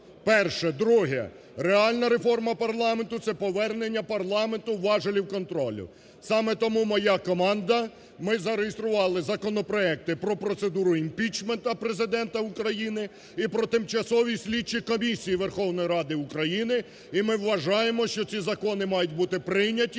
Перше. Друге. Реальна реформа парламенту – це повернення парламенту важелів контролю. Саме тому моя команда, ми зареєстрували законопроекти про процедуру імпічменту Президента і про тимчасові слідчі комісії Верховної Ради України. І ми вважаємо, що ці закони мають бути прийняті